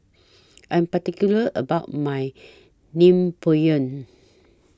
I Am particular about My Naengmyeon